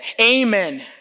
amen